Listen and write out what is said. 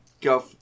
go